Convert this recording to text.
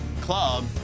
club